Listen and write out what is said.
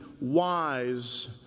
wise